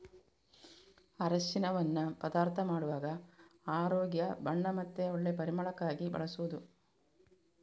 ಅರಸಿನವನ್ನ ಪದಾರ್ಥ ಮಾಡುವಾಗ ಆರೋಗ್ಯ, ಬಣ್ಣ ಮತ್ತೆ ಒಳ್ಳೆ ಪರಿಮಳಕ್ಕಾಗಿ ಬಳಸುದು